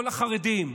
כל החרדים,